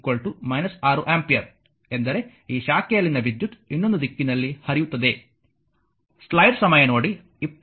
ಆದ್ದರಿಂದ i 1 6 ampere ಎಂದರೆ ಈ ಶಾಖೆಯಲ್ಲಿನ ವಿದ್ಯುತ್ ಇನ್ನೊಂದು ದಿಕ್ಕಿನಲ್ಲಿ ಹರಿಯುತ್ತದೆ